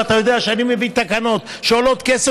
ואתה יודע שאני מביא תקנות שעולות כסף,